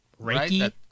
Reiki